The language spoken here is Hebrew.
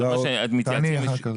תעני אחר כך.